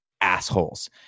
assholes